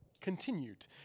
continued